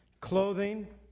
clothing